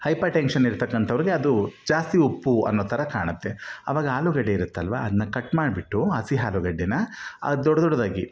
hyper tension ಇರ್ತಕ್ಕಂಥವ್ರುಗೆ ಅದು ಜಾಸ್ತಿ ಉಪ್ಪು ಅನ್ನೋ ಥರ ಕಾಣುತ್ತೆ ಅವಾಗ ಆಲೂಗಡ್ಡೆ ಇರತ್ತಲ್ವಾ ಅದನ್ನು ಕಟ್ ಮಾಡಿಬಿಟ್ಟು ಹಸಿ ಆಲೂಗಡ್ಡೆನ ದೊಡ್ಡದೊಡ್ದಾಗಿ